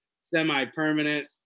semi-permanent